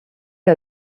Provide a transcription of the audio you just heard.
que